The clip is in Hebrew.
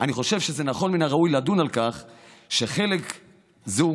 חושב שזה נכון וראוי לדון על כך שחלק מקרן זו,